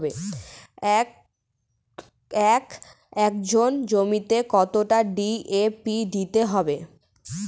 এক একর জমিতে কতটা ডি.এ.পি দিতে হবে?